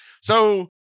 So-